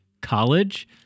college